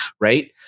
right